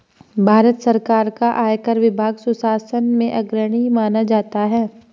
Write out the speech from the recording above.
भारत सरकार का आयकर विभाग सुशासन में अग्रणी माना जाता है